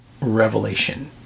revelation